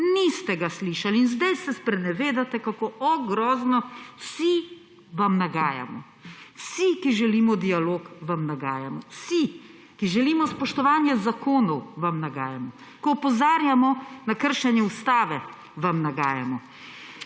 niste ga slišali! In zdaj se sprenevedate, kako on grozno in vsi vam nagajamo. Vsi, ki želimo dialog, vam nagajamo; vsi, ki želimo spoštovanje zakonov, vam nagajamo. Ko opozarjamo na kršenje Ustave, vam nagajamo.